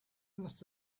must